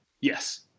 Yes